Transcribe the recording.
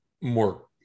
more